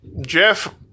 Jeff